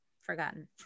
forgotten